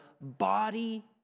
body